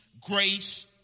grace